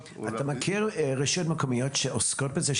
או --- אתה מכיר רשויות מקומיות שעוסקות בזה?